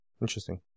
interesting